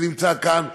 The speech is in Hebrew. שנמצא כאן,